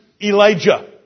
Elijah